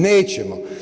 Nećemo.